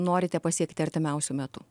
norite pasiekti artimiausiu metu